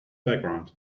background